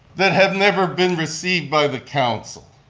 that have never been received by the council.